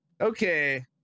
Okay